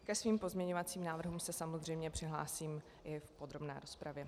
Ke svým pozměňovacím návrhům se samozřejmě přihlásím i v podrobné rozpravě.